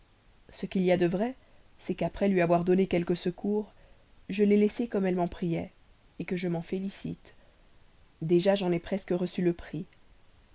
ce qu'il y a de vrai c'est qu'après lui avoir donné quelques secours je l'ai laissée comme elle m'en priait que je m'en félicite déjà j'en ai presque reçu le prix